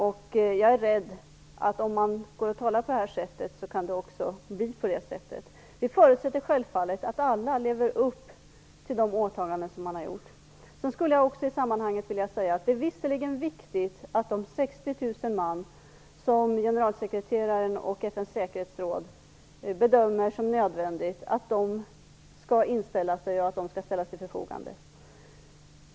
Om man talar på detta sätt är jag är rädd att det också kan bli på det sättet. Vi förutsätter självfallet att alla lever upp till de åtaganden som de har gjort. Jag skulle också i sammanhanget vilja säga att det visserligen är viktigt att de 60 000 man som generalsekreteraren och FN:s säkerhetsråd bedömer som nödvändiga skall ställas till förfogande och att de skall inställa sig.